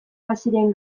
baziren